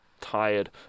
tired